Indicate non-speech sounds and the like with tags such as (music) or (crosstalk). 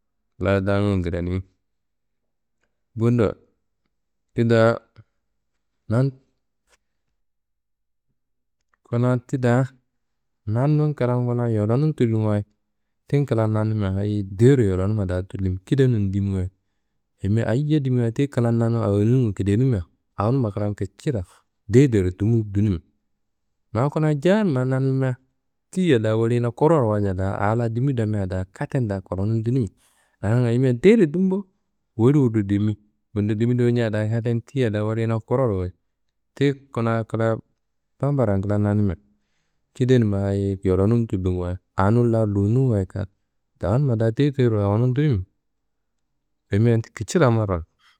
La dangun kranimi. Bundo ti da (hesitation) kuna ti da nanun kramu yolonum tullu wayi tin klan nanimia hayiyi dero yolonumma da tullimi kidenum dimi wayi ayimia ayiye dimi wayi ti klan nanu awonu kidenimia awonumma klan kiciro dedero dumu dunimi ma kuna jean ma nanimia tiyia da woriyina kroro walca da a la dimi tamia da katen da kolonum dunimi ayimia dero dumbo wori woriro dimi. Bundo dimi dowonja da katen tiyia da woriyina kuroro wayi. Ti kuna kla mambarra klan nanimia kidenumma hayiyi yolonum tullun wayi anun la runun wayi kal anumma da dedero awonum dunimi ayimia ti kicila marrawayit.